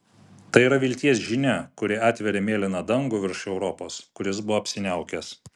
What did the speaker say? tai yra vilties žinia kuri atveria mėlyną dangų virš europos kuris buvo apsiniaukęs